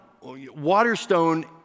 Waterstone